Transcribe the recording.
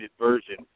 version